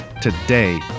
today